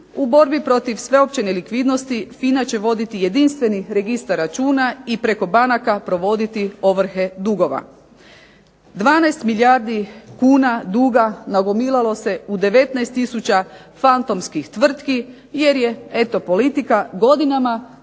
U borbi protiv sveopće nelikvidnosti FINA će voditi jedinstveni registar računa i preko banaka provoditi ovrhe dugova. 12 milijardi kuna duga nagomilalo se u 19 tisuća fantomskih tvrtki, jer je politika godinama